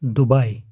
Dubai